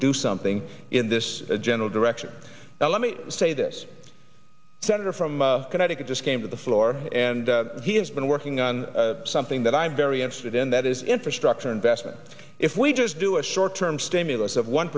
do something in this general direction now let me say this senator from connecticut just came to the floor and he has been working on something that i'm very interested in that is infrastructure investment if we just do a short term stimulus o